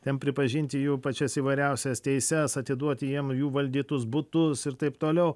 ten pripažinti jų pačias įvairiausias teises atiduoti jiem jų valdytus butus ir taip toliau